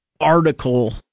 article